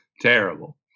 terrible